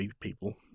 people